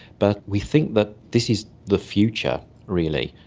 but we think that this is the future really,